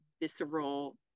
visceral